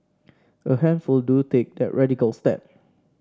a handful do take that radical step